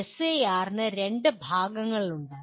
SAR ന് രണ്ട് ഭാഗങ്ങളുണ്ട്